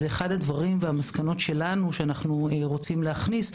אחד הדברים והמסקנות שלנו שאנחנו רוצים להכניס,